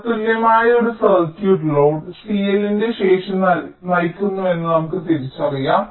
തത്തുല്യമായ ഒരു circuit load CLന്റെ ശേഷി നയിക്കുന്നുവെന്ന് നമുക്ക് തിരിച്ചറിയാം